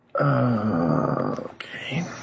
Okay